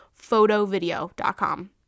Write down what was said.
photovideo.com